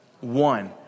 One